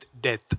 death